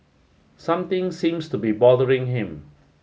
something seems to be bothering him